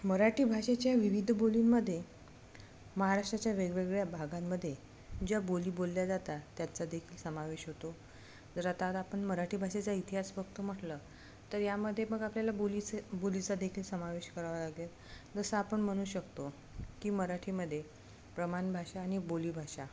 मराठी भाषेच्या विविध बोलींमध्ये महाराष्ट्राच्या वेगवेगळ्या भागांमध्ये ज्या बोली बोलल्या जाता त्याचा देखील समावेश होतो जर आता आता आपण मराठी भाषेचा इतिहास बघतो म्हटलं तर यामध्ये मग आपल्याला बोलीचं बोलीचा देखील समावेश करावा लागेल जसं आपण म्हणू शकतो की मराठीमध्ये प्रमाण भाषा आणि बोली भाषा